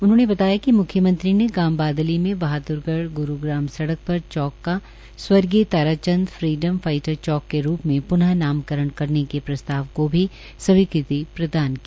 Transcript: उन्होंने बताया कि म्ख्यमंत्री ने गांव बादली में बहाद्रगढ़ ग्रूग्राम सडक़ पर चौक का स्व॰ ताराचंद फ्रीडम फाइटर चौक के रूप में प्नः नामकरण करने के प्रस्ताव को भी स्वीकृति प्रदान की